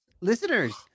listeners